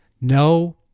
No